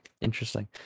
Interesting